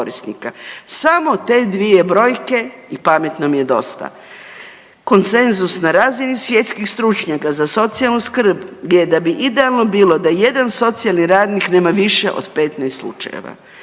Samo te dvije brojke i pametnom je dosta. Konsenzus na razini svjetskih stručnjaka za socijalnu skrb je da bi idealno bilo da jedan socijalni radnik nema više od 15 slučajeva,